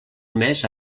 mes